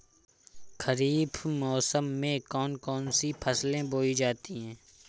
खरीफ मौसम में कौन कौन सी फसलें बोई जाती हैं?